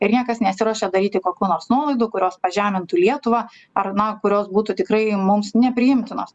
ir niekas nesiruošia daryti kokių nors nuolaidų kurios pažemintų lietuvą ar na kurios būtų tikrai mums nepriimtinos